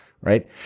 right